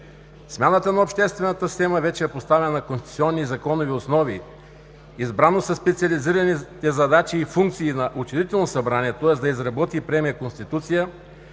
Смяната на обществената система вече е поставена на конституционни законови основи. Избрано със специализираните задачи и функции на Учредително събрание, тоест да изработи и приеме Конституция,